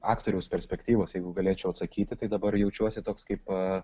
aktoriaus perspektyvos jeigu galėčiau atsakyti tai dabar jaučiuosi toks kaip